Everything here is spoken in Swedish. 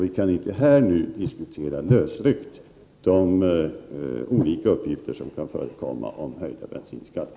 Vi kan inte här och nu lösryckt diskutera de olika uppgifter som kan förekomma om höjda bensinskatter.